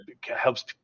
helps